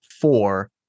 four